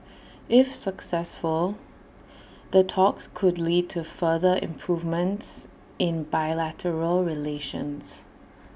if successful the talks could lead to further improvements in bilateral relations